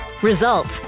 results